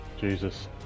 jesus